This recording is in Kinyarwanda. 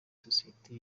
sosiyete